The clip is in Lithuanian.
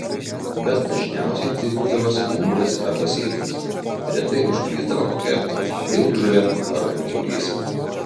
bet dažniausiai tai būdavo skumbrės arba silkės retai užklysdavo kokia vilkžuvė ar ungurys